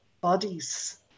bodies